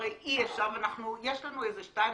והרי אי אפשר ויש לנו שתיים,